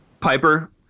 Piper